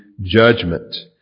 judgment